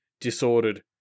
disordered